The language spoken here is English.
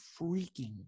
freaking